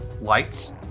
lights